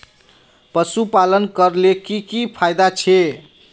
पशुपालन करले की की फायदा छे?